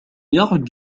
يعد